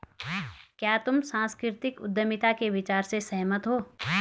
क्या तुम सांस्कृतिक उद्यमिता के विचार से सहमत हो?